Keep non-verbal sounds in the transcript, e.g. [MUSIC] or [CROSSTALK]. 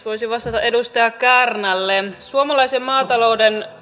[UNINTELLIGIBLE] voisin vastata edustaja kärnälle suomalaisen maatalouden